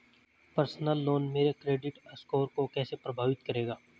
Personal loan मेरे credit score को कैसे प्रभावित करेगा?